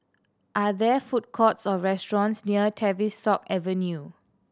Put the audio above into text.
are there food courts or restaurants near Tavistock Avenue